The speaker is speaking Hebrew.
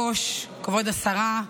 כבוד היושב-ראש, כבוד השרה,